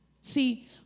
See